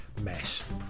mess